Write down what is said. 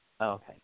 Okay